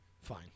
Fine